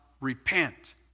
repent